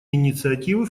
инициативы